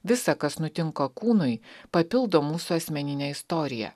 visa kas nutinka kūnui papildo mūsų asmeninę istoriją